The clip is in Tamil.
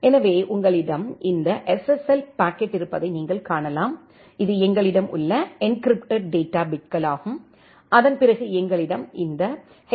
எனவே உங்களிடம் இந்த எஸ்எஸ்எல் பாக்கெட் இருப்பதை நீங்கள் காணலாம் இது எங்களிடம் உள்ள என்கிரிப்டெட் டேட்டா பிட்கள் ஆகும் அதன் பிறகு எங்களிடம் இந்த எச்